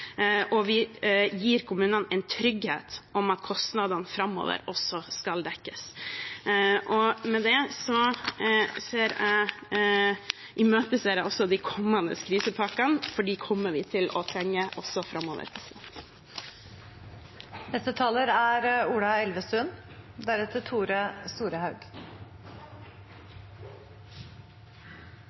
Og vi gir kommunene en trygghet for at kostnadene framover også skal dekkes. Med det imøteser jeg de kommende krisepakkene, for dem kommer vi til å trenge også framover.